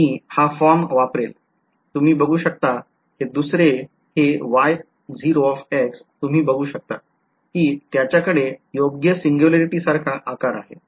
मी हा फॉर्म वापरेल तुम्ही बघू शकता हे दुसरे हे Y0 तुम्ही बघू शकता कि त्याच्याकडे योग्य सिंग्युलॅरिटी सारखा आकार आहे